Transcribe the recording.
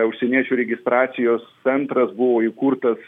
užsieniečių registracijos centras buvo įkurtas